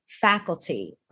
faculty